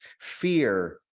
fear